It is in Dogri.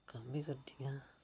कम्म बी करदियां